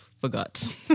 forgot